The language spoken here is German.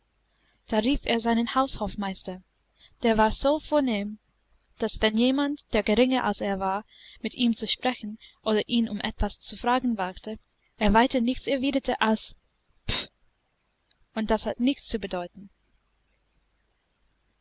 da rief er seinen haushofmeister der war so vornehm daß wenn jemand der geringer als er war mit ihm zu sprechen oder ihn um etwas zu fragen wagte er weiter nichts erwiderte als p und das hat nichts zu bedeuten